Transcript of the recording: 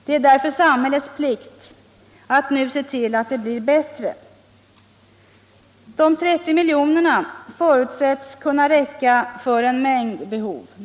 Det är därför samhällets plikt att nu se till att det blir bättre. De 30 miljonerna förutsätts kunna räcka för en mängd behov.